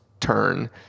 turn